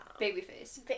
Babyface